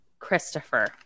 Christopher